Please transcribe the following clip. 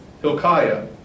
Hilkiah